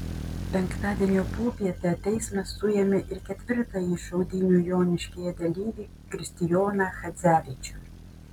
penktadienio popietę teismas suėmė ir ketvirtąjį šaudynių joniškyje dalyvį kristijoną chadzevičių